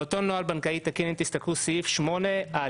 באותו נוהל בנקאי תקין, תסתכלו על סעיף 8(א),